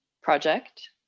project